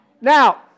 Now